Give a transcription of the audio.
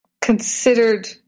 considered